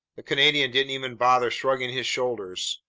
the canadian didn't even bother shrugging his shoulders.